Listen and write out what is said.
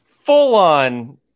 full-on